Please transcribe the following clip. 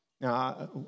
Now